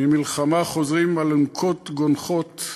ממלחמה חוזרים עם אלונקות גונחות,